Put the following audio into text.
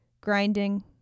grinding